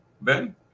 Ben